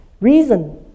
Reason